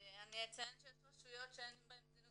אני אציין שיש רשויות שאין בהן "זינוק